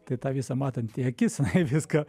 tai ta visa matanti akis jinai viską